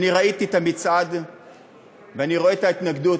אני ראיתי את המצעד ואני רואה את ההתנגדות,